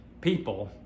people